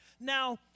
Now